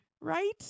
right